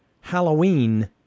Halloween